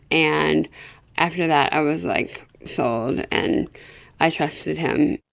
and after that i was like sold and i trusted him.